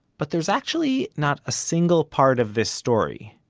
but there's actually not a single part of this story,